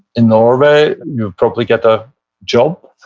in norway, you'll probably get a job.